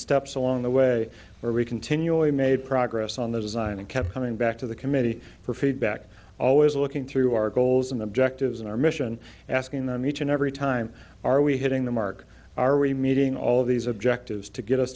steps along the way where we continually made progress on the design and kept coming back to the committee for feedback always looking through our goals and objectives and our mission asking them each and every time are we hitting the mark are we meeting all these objectives to get us